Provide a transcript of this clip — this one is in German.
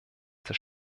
des